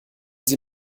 sie